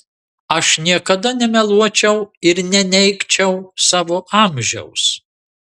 aš niekada nemeluočiau ir neneigčiau savo amžiaus